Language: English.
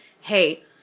hey